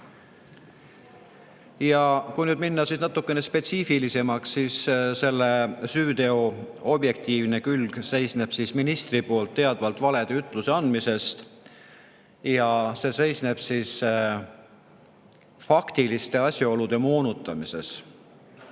Ja kui nüüd minna natukene spetsiifilisemaks, siis selle süüteo objektiivne külg seisneb ministri poolt teadvalt valeütluste andmises ja faktiliste asjaolude moonutamises.